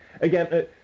again